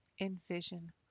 Envision